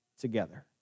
together